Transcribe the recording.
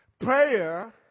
Prayer